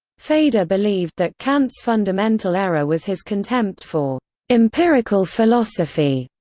feder believed that kant's fundamental error was his contempt for empirical philosophy,